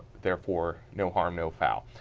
therefore no harm no foul.